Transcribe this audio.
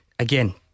Again